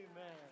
Amen